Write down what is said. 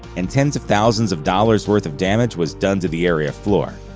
and tens of thousands of dollars' worth of damage was done to the area floor.